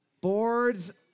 Boards